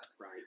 Right